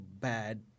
bad